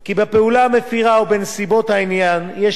כי בפעולה המפירה או בנסיבות העניין יש